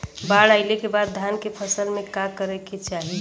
बाढ़ आइले के बाद धान के फसल में का करे के चाही?